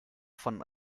von